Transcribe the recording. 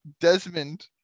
Desmond